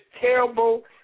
terrible